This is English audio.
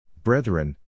Brethren